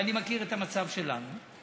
ואני מכיר את המצב שלנו,